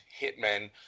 hitmen